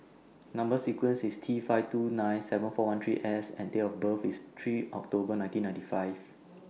Number sequence IS T five two nine seven four one three S and Date of birth IS three October nineteen ninety five